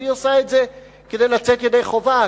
אז היא עושה את זה כדי לצאת ידי חובה,